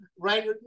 right